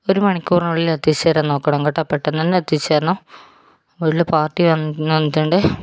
ഒരു മണിക്കൂറിനുള്ളിൽ എത്തിച്ച് തരാൻ നോക്കണം കെട്ടോ പെട്ടന്ന് തന്നെ എത്തിച്ച് തരണം വീട്ടില് പാർട്ടി വന്നിട്ട് വന്നിട്ടുണ്ടെ